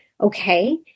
okay